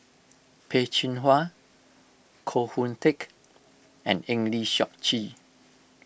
Peh Chin Hua Koh Hoon Teck and Eng Lee Seok Chee